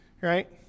right